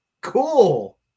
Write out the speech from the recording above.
Cool